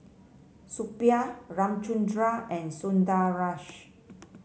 Suppiah Ramchundra and Sundaresh